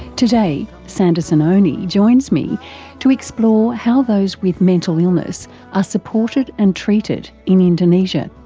today sandersan onie joins me to explore how those with mental illness are supported and treated in indonesia.